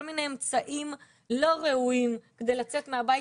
מיני אמצעים לא ראויים כדי לצאת מהבית.